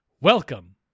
Welcome